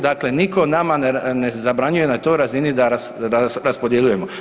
Dakle, nitko nama ne zabranjuje na toj razini da raspodjeljujemo.